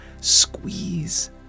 squeeze